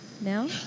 now